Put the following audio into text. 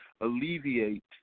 Alleviate